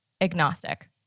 agnostic